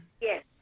Yes